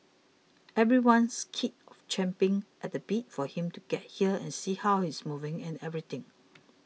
everyone's kid of champing at the bit for him to get here and see how he's moving and everything